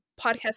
podcast